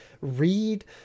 Read